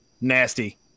Nasty